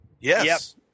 Yes